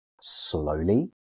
slowly